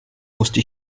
musste